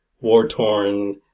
war-torn